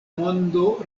mondo